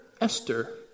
Esther